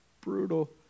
brutal